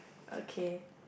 okay